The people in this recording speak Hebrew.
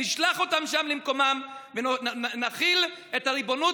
נשלח אותם שם למקומם ונחיל את הריבונות